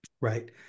Right